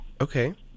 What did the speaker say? Okay